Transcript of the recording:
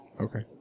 Okay